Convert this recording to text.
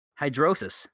hydrosis